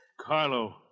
Carlo